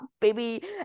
baby